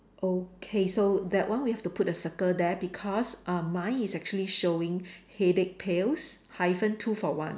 okay so that one we have to put a circle there because uh mine is actually showing headache pills hyphen two for one